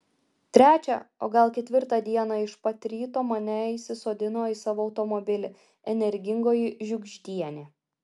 trečią o gal ketvirtą dieną iš pat ryto mane įsisodino į savo automobilį energingoji žiugždienė